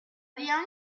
bien